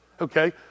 Okay